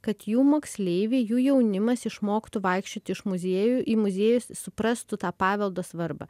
kad jų moksleiviai jų jaunimas išmoktų vaikščioti iš muziejų į muziejus suprastų tą paveldo svarbą